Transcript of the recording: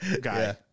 guy